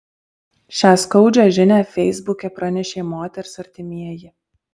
šią skaudžią žinią feisbuke pranešė moters artimieji